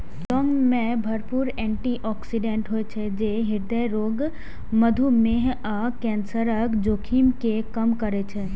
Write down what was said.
लौंग मे भरपूर एटी ऑक्सिडेंट होइ छै, जे हृदय रोग, मधुमेह आ कैंसरक जोखिम कें कम करै छै